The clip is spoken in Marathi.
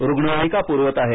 रुग्णवाहिका पुरवत आहेत